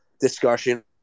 discussion